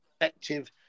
effective